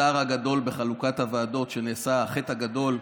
הצער הגדול בחלוקת הוועדות שנעשה, החטא הגדול,